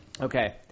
Okay